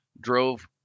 drove